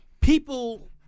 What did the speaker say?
People